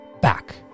Back